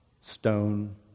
stone